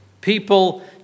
People